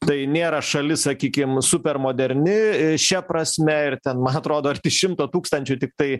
tai nėra šalis sakykim supermoderni šia prasme ir ten man atrodo arti šimto tūkstančių tiktai